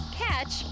catch